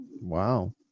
Wow